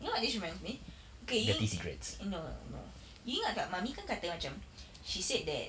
you know what this reminds me okay ing~ no no no ingat tak mummy kan kata macam she said that